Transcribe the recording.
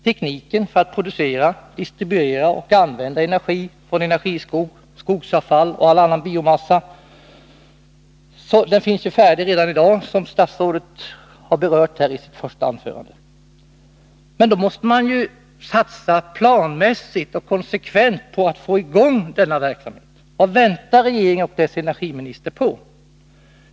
Tekniken för att producera, distribuera och använda energi från energiskog, skogsavfall och all annan biomassa finns färdig i dag, som statsrådet berörde i sitt första anförande. Men då måste man satsa planmässigt och konsekvent på att få i gång denna verksamhet. Vad väntar regeringen och dess energiminister på?